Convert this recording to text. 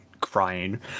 crying